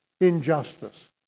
injustice